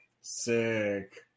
sick